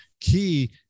key